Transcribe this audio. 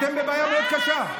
אתם בבעיה מאוד קשה,